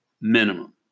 minimum